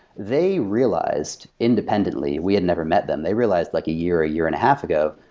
they realized independently. we had never met them. they realized like a year, a year and a half go,